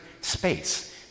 space